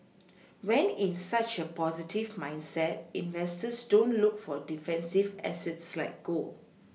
when in such a positive mindset investors don't look for defensive assets like gold